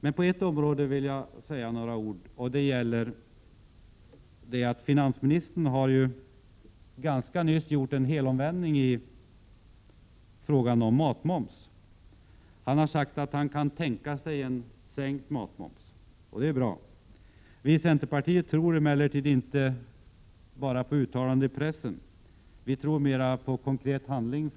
Men på ett område vill jag säga några ord. Finansministern har alldeles nyss gjort en helomvändning i frågan om matmomsen. Han har sagt att han kan tänka sig en sänkt matmoms. Det är ju bra. Vi i centerpartiet tror emellertid inte på uttalanden i pressen, utan vi tror mera på konkret handling.